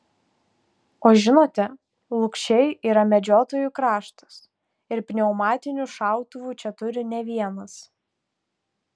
o žinote lukšiai yra medžiotojų kraštas ir pneumatinių šautuvų čia turi ne vienas